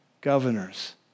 governors